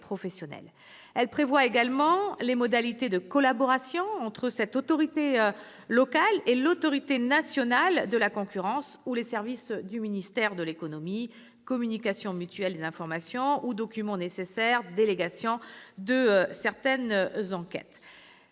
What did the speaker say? Elle prévoit également les modalités de collaboration entre cette autorité locale et l'autorité nationale de la concurrence ou les services du ministère de l'économie : communication mutuelle des informations ou documents nécessaires, délégation de certaines enquêtes.